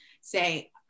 say